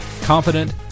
confident